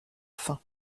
fin